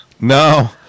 No